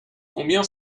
combien